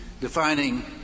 defining